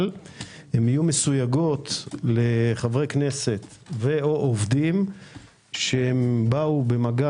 אבל יהיו מסויגות לחברי כנסת או עובדים שבאו במגע